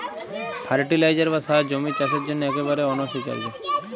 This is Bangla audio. ফার্টিলাইজার বা সার জমির চাসের জন্হে একেবারে অনসীকার্য